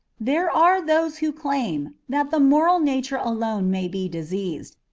there are those who claim that the moral nature alone may be diseased,